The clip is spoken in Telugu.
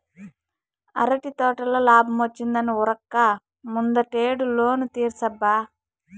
అరటి తోటల లాబ్మొచ్చిందని ఉరక్క ముందటేడు లోను తీర్సబ్బా